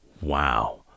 Wow